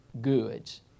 goods